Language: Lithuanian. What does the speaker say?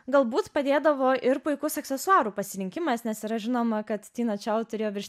galbūt padėdavo ir puikus aksesuarų pasirinkimas nes yra žinoma kad tina čiau turėjo virš